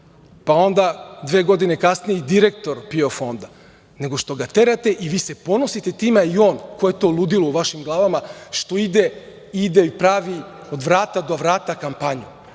pa onda dve godine kasnije i direktor PIO fonda, nego što ga terate i vi se ponosite time a i on, koje je to ludilo u vašim glavama, što ide i pravi od vrata do vrata kampanju.